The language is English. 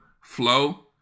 flow